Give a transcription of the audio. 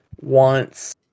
wants